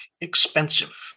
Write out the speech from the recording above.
expensive